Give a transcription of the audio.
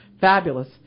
fabulous